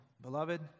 beloved